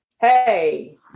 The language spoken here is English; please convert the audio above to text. hey